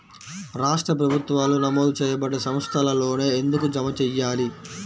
రాష్ట్ర ప్రభుత్వాలు నమోదు చేయబడ్డ సంస్థలలోనే ఎందుకు జమ చెయ్యాలి?